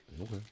Okay